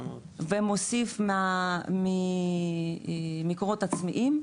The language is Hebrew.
ומוסיף מקורות עצמיים,